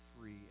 free